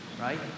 Right